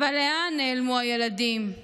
// אבל לאן נעלמו הילדים /